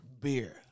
beer